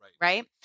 Right